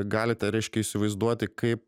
galite reiškia įsivaizduoti kaip